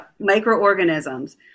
microorganisms